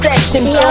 Sections